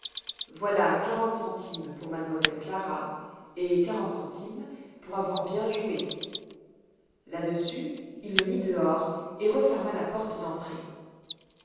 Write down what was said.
voilà quarante centimes pour m elle clara et quarante centimes pour avoir bien joué là-dessus il le mit dehors et referma la porte d'entrée